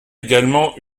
également